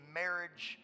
marriage